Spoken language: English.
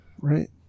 Right